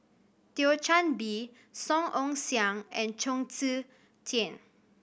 Thio Chan Bee Song Ong Siang and Chong Tze Chien